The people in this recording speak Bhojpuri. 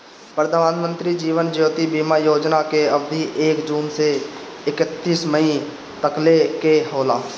प्रधानमंत्री जीवन ज्योति बीमा योजना कअ अवधि एक जून से एकतीस मई तकले कअ होला